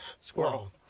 Squirrel